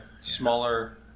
smaller